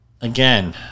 Again